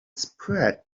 spread